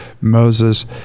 Moses